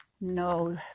No